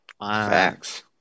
Facts